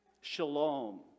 shalom